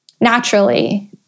naturally